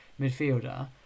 midfielder